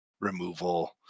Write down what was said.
removal